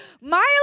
Miles